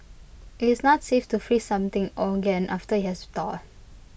IT is not safe to freeze something again after IT has thawed